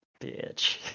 bitch